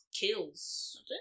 kills